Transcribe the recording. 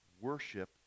worship